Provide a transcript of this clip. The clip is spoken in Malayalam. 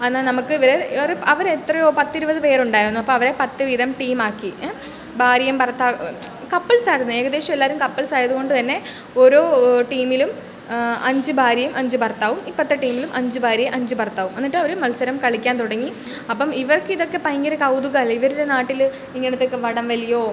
എന്നാൽ നമുക്ക് വ ഒരു അവർ എത്രയോ പത്തിരുപത് പേരുണ്ടായിരുന്നു അപ്പോൾ അവരെ പത്ത് വീതം ടീമാക്കി ഭാര്യയും ഭർത്താവ് കപ്പിൾസ് ആയിരുന്നു ഏകദേശം എല്ലാവരും കപ്പിൾസ് ആയത് കൊണ്ട് തന്നെ ഓരോ ടീമിലും അഞ്ച് ഭാര്യയും അഞ്ച് ഭർത്താവും ഇപ്പർത്തെ ടീമിലും അഞ്ച് ഭാര്യയും അഞ്ച് ഭർത്താവും അന്നിട്ടവർ മത്സരം കളിക്കാൻ തുടങ്ങി അപ്പം ഇവർക്കിതൊക്കെ ഭയങ്കര കൗതുകല്ലേ ഇവരുടെ നാട്ടിൽ ഇങ്ങനത്തെക്കെ വടം വലിയോ